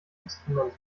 instrument